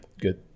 good